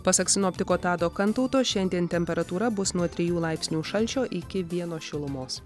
pasak sinoptiko tado kantauto šiandien temperatūra bus nuo trijų laipsnių šalčio iki vieno šilumos